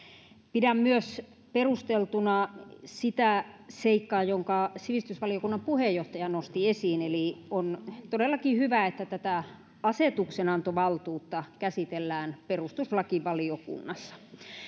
pidän perusteltuna myös sitä seikkaa jonka sivistysvaliokunnan puheenjohtaja nosti esiin eli on todellakin hyvä että tätä asetuksenantovaltuutta käsitellään perustuslakivaliokunnassa